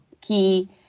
key